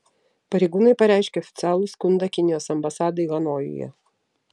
pareigūnai pareiškė oficialų skundą kinijos ambasadai hanojuje